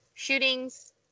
Shootings